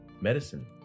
medicine